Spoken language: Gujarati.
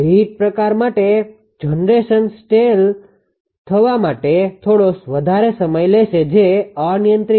રીહિટ પ્રકાર માટે જનરેશન સેટલ થવા માટે થોડો વધારે સમય લેશે જે અનિયંત્રિત મોડ છે